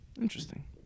Interesting